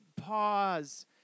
pause